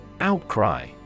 Outcry